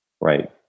Right